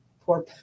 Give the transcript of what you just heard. poor